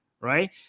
Right